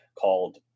called